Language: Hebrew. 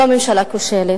לא ממשלה כושלת,